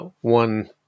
one